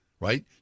right